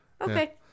Okay